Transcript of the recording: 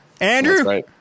Andrew